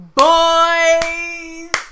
boys